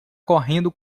correndo